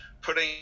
putting